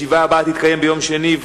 הישיבה הבאה תתקיים ביום שני,